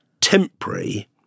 temporary